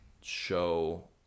show